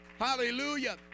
Hallelujah